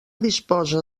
disposa